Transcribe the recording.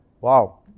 Wow